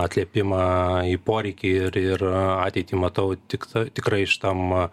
atliepimą į poreikį ir ir ateitį matau tik tikrai šitam